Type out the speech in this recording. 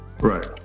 Right